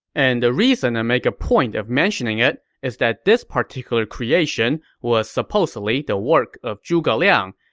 and the reason i make a point of mentioning it is that this particular creation was supposedly the work of zhuge liang,